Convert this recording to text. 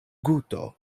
guto